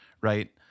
right